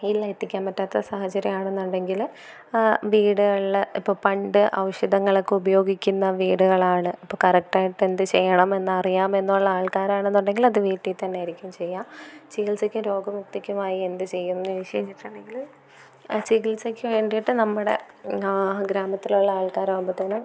വീട്ടിലെത്തിക്കാന് പറ്റാത്ത സാഹചര്യം ആണെന്നുണ്ടെങ്കിൽ വീടുകളിൽ ഇപ്പം പണ്ട് ഓഷധങ്ങളൊക്കെ ഉപയോഗിക്കുന്ന വീടുകളാണ് അപ്പം കറക്റ്റായിട്ടെന്ത് ചെയ്യണമെന്നറിയാമെന്നുള്ള ആള്ക്കാരാണെന്നൊണ്ടെങ്കില് അത് വീട്ടിൽ തന്നെ ആയിരിക്കും ചെയ്യുക ചികിത്സയ്ക്കും രോഗമുക്തിക്കുമായി എന്ത് ചെയ്യും എന്ന് ചോദിച്ച് കഴിഞ്ഞിട്ടുണ്ടെങ്കിൽ ചികിത്സയ്ക്ക് വേണ്ടിയിട്ട് നമ്മുടെ ഗ്രാമത്തിലുള്ള ആള്ക്കാരാകുമ്പത്തേനും